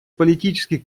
политических